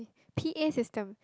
P_A system